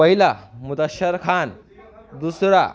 पहिला मुद्दशर खान दुसरा